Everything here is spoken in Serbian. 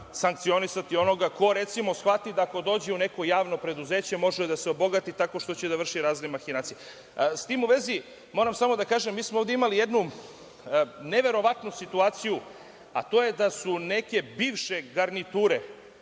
sankcionisati onoga ko recimo shvati da ako dođe u neko javno preduzeće može da se obogati tako što će da vrši razne mahinacije. Sa tim u vezi moram samo da kažem da smo imali jednu neverovatnu situaciju, a to je da su neke bivše garniture